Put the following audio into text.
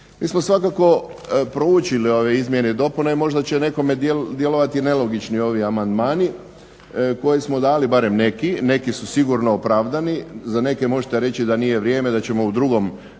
Mi smo svakako proučili ove izmjene i dopune, možda će nekome djelovati nelogični ovi amandmani koje smo dali, barem neki. Neki su sigurno opravdani, za neke možete reći da nije vrijeme da ćemo u drugom